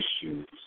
issues